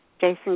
Jason